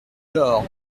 laure